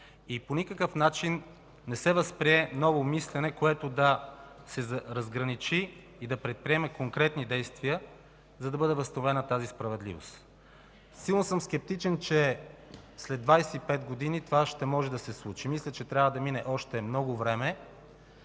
и по никакъв начин не се възприе ново мислене, което да се разграничи и да предприеме конкретни действия, за да бъде възстановена тази справедливост. Силно съм скептичен, че след 25 години това ще може да се случи. Мисля, че трябва да мине още много време.